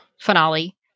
finale